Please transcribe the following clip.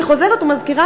אני חוזרת ומזכירה,